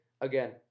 again